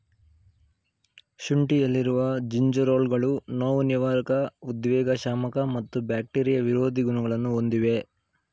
ಶುಂಠಿಯಲ್ಲಿರುವ ಜಿಂಜೆರೋಲ್ಗಳು ನೋವುನಿವಾರಕ ಉದ್ವೇಗಶಾಮಕ ಮತ್ತು ಬ್ಯಾಕ್ಟೀರಿಯಾ ವಿರೋಧಿ ಗುಣಗಳನ್ನು ಹೊಂದಿವೆ